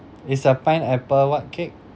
it's a pineapple what cake